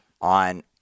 on